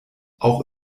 auch